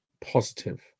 positive